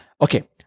Okay